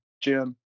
Jim